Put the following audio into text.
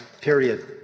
period